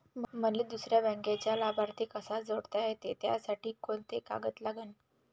मले दुसऱ्या बँकेचा लाभार्थी कसा जोडता येते, त्यासाठी कोंते कागद लागन?